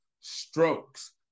strokes